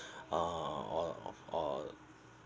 uh all of all